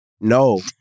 No